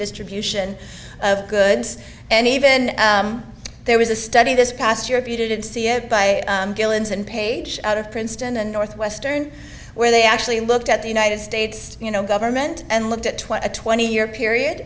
distribution of goods and even there was a study this past year if you didn't see it by guillen's and page out of princeton and northwestern where they actually looked at the united states you know government and looked at twenty twenty year period